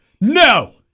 No